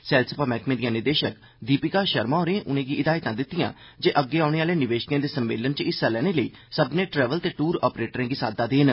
सैलसफा मैहकमे दियां निदेषक दीपिका शर्मा होरेंगी उनें हिदायतां दितियां जे अग्गें औंने आहले निवेशकें दे सम्मेलन च हिस्सा लैने ले सब्बने ट्रैवल ते टूर आप्रेटरें गी साद्दा देन